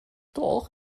doch